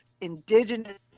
indigenous